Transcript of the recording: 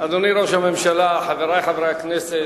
אדוני ראש הממשלה, חברי חברי הכנסת,